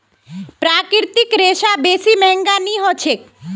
प्राकृतिक रेशा बेसी महंगा नइ ह छेक